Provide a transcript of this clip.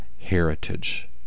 heritage